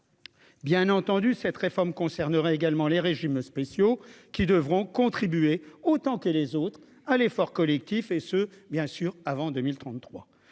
Bien entendu, cette réforme concernerait également les régimes spéciaux qui devront contribuer autant que les autres à l'effort collectif et ce, bien sûr, avant 2033